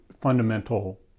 fundamental